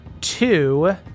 two